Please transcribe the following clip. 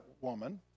woman